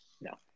No